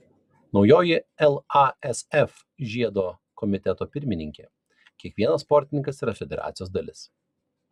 naujoji lasf žiedo komiteto pirmininkė kiekvienas sportininkas yra federacijos dalis